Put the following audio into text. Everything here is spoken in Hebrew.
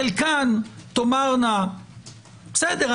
חלקן תאמרנה: בסדר,